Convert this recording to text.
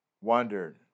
wondered